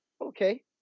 Okay